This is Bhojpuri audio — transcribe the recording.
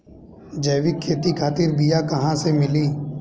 जैविक खेती खातिर बीया कहाँसे मिली?